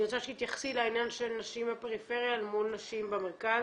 אני רוצה שתתייחסי לעניין של נשים בפריפריה אל מול נשים במרכז,